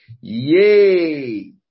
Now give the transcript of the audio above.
Yay